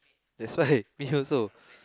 that's why me also